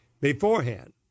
beforehand